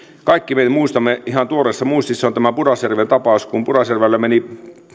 kaikki me me muistamme ihan tuoreessa muistissa on tämä pudasjärven tapaus kun pudasjärvellä meni